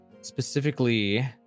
Specifically